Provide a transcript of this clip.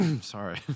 Sorry